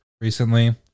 recently